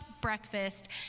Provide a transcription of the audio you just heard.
breakfast